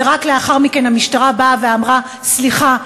ורק לאחר מכן המשטרה באה ואמרה: סליחה,